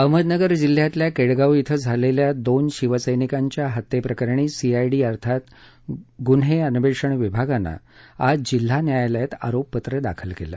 अहमदनगर जिल्ह्यातल्या केडगाव अं झालेल्या दोन शिवसैनिकांच्या हत्ये प्रकरणी सीआयडी अर्थात गुन्हा अन्वेषन विभागानं आज जिल्हा न्यायालयात आरोपपत्र दाखल केलं